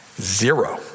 Zero